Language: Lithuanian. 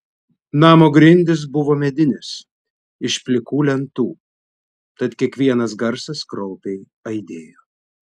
namo grindys buvo medinės iš plikų lentų tad kiekvienas garsas kraupiai aidėjo